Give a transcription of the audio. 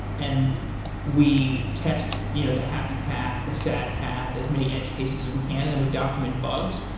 and we test you know the happy path, the sad path, as many edge cases as we can and then we document bugs.